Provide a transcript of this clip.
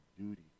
duty